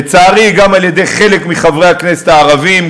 לצערי גם על-ידי חלק מחברי הכנסת הערבים,